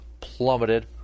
plummeted